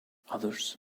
others